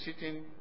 sitting